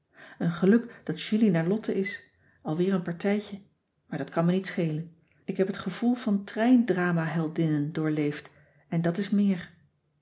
een geluk dat julie naar lotte is alweer een partijtje maar dat kan me niet schelen ik heb het gevoel van trein drama heldinnen doorleefd en dat is meer